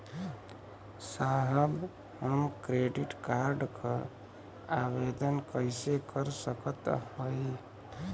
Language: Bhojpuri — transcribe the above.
साहब हम क्रेडिट कार्ड क आवेदन कइसे कर सकत हई?